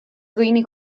dhaoine